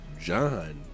John